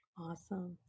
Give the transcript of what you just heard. Awesome